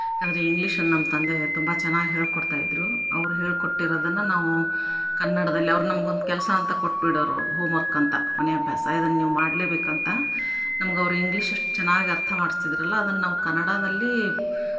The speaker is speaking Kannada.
ಏಕಂದ್ರೆ ಇಂಗ್ಲೀಷನ್ನು ನಮ್ಮ ತಂದೆ ತುಂಬ ಚೆನ್ನಾಗಿ ಹೇಳಿಕೊಡ್ತಾ ಇದ್ರು ಅವ್ರು ಹೇಳ್ಕೊಟ್ಟಿರದನ್ನು ನಾವು ಕನ್ನಡದಲ್ಲಿ ಅವ್ರು ನಮಗೆ ಒಂದು ಕೆಲಸ ಅಂತ ಕೊಟ್ಟು ಬಿಡೋರು ಅವ್ರು ಹೋಮರ್ಕ್ ಅಂತ ಮನೆ ಅಭ್ಯಾಸ ಇದನ್ನು ನೀವು ಮಾಡಲೇಬೇಕಂತ ನಮಗೆ ಅವ್ರು ಇಂಗ್ಲೀಷ್ ಅಷ್ಟು ಚೆನ್ನಾಗಿ ಅರ್ಥ ಮಾಡಿಸ್ತಿದ್ರಲ ಅದನ್ನು ನಾವು ಕನ್ನಡದಲ್ಲಿ